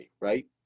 right